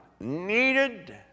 needed